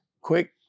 quick